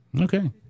Okay